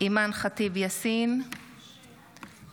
אימאן ח'טיב יאסין, יאסר חוג'יראת,